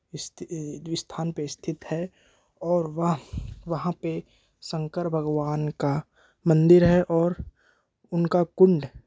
इस्ति स्थान पर स्थित है और वह वहाँ पर शंकर भगवान का मंदिर है और उनका कुंड